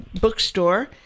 bookstore